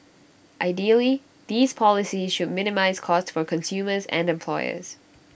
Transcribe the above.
ideally these policies should minimise cost for consumers and employers